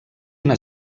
una